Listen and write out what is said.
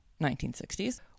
1960s